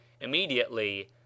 immediately